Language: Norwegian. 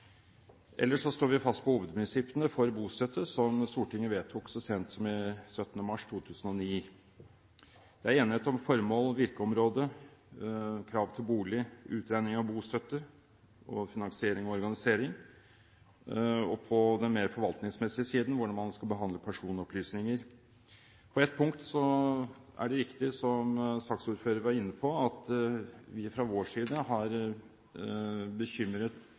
Ellers står vi fast på hovedprinsippene for bostøtte som Stortinget vedtok så sent som 17. mars 2009. Det er enighet om formål, virkeområde, krav til bolig, utregning av bostøtte, finansiering og organisering og på den mer forvaltningsmessige siden om hvordan man skal behandle personopplysninger. På ett punkt er det riktig, som saksordføreren var inne på, at vi fra vår side har